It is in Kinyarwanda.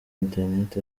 internet